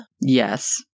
Yes